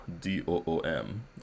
D-O-O-M